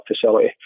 facility